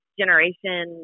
generation